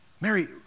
Mary